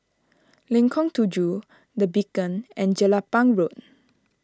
Lengkong Tujuh the Beacon and Jelapang Road